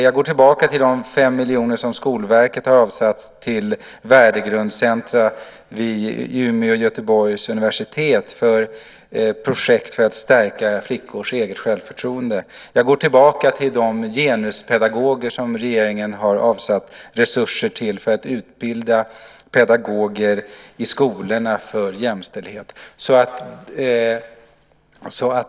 Jag går tillbaka till de 5 miljoner som Skolverket har avsatt till värdegrundscentrum vid Umeå och Göteborgs universitet för projekt för att stärka flickors självförtroende. Jag går tillbaka till de genuspedagoger som regeringen har avsatt resurser till för att utbilda pedagoger i skolorna för jämställdhet.